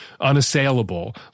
unassailable